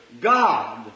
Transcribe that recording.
God